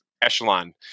Echelon